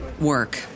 work